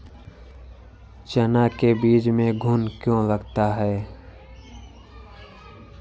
चना के बीज में घुन क्यो लगता है?